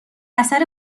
اثر